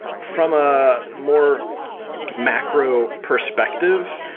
from a more macro perspective,